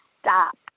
stop